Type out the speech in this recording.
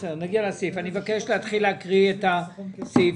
אני מבקש להתחיל לקרוא את הסעיפים.